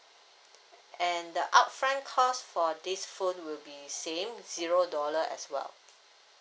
and the upfront cost for this phone will be same zero dollar as well